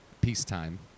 peacetime